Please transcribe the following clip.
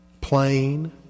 Plain